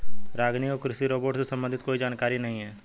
रागिनी को कृषि रोबोट से संबंधित कोई जानकारी नहीं है